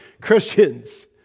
Christians